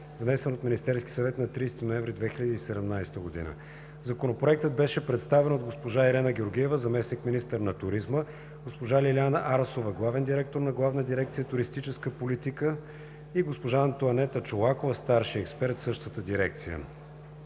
внесен от Министерски съвет на 30 ноември 2017 г. Законопроектът беше представен от госпожа Ирена Георгиева – заместник-министър на туризма, госпожа Лиляна Арсова – главен директор на Главна дирекция „Туристическа политика“ на Министерството на туризма, и госпожа Антоанета Чолакова – старши експерт в същата дирекция.